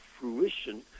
fruition